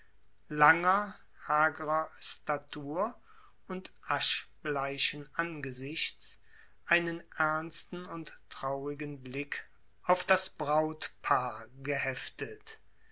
hagrer statur und aschbleichen angesichts einen ernsten und traurigen blick auf das brautpaar geheftet